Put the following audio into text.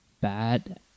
bad